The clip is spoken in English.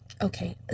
okay